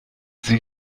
sie